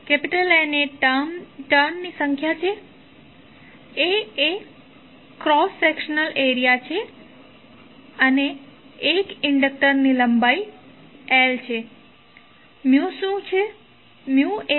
N એ turn ની સંખ્યા છે A એ ક્રોસ સેક્શનલ એરિઆ છે l ઇન્ડક્ટર ની લંબાઈ છે અને શું છે